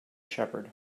shepherd